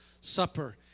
supper